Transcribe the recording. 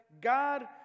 God